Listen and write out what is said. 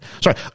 Sorry